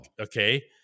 Okay